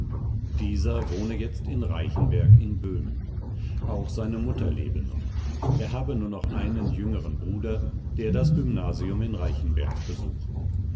dieser wohne jetzt in reichenberg in böhmen auch seine mutter lebe noch er habe nur noch einen jüngeren bruder der das gymnasium in reichenberg besuche